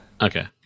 Okay